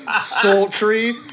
sultry